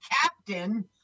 captain